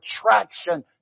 attraction